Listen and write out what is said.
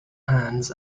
hands